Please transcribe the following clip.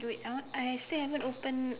you wait ah I still haven't open